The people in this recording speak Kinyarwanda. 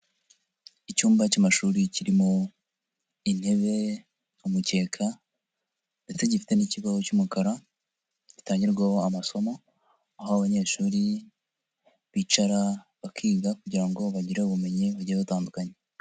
Iyumba cy'amashuri kirimo intebe, umukeka ndetse gifite n'ikibaho cy'umukara, gitangirwaho amasomo, aho abanyeshuri bicara, bakiga kugira ngo bagire ubumenyi bugiye butandukanye.